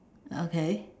okay